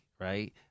Right